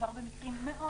מדובר במקרים מאוד